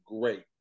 great